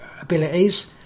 abilities